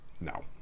no